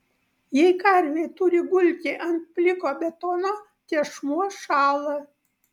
jei karvė turi gulti ant pliko betono tešmuo šąla